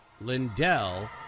Lindell